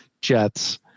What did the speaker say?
Jets